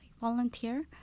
volunteer